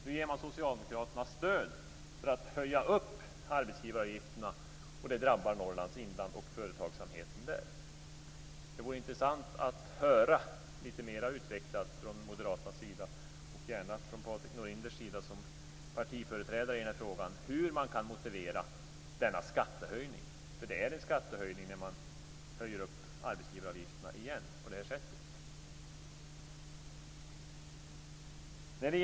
Nu ger man Socialdemokraterna stöd för att höja arbetsgivaravgifterna. Det drabbar Norrlands inland och företagsamheten där. Det vore intressant att höra litet mer utvecklat från Moderaternas sida och gärna från Patrik Norinder - han är ju partiföreträdare i den här frågan - hur man kan motivera denna skattehöjning. För det är en skattehöjning när man höjer arbetsgivaravgifterna igen på det här sättet.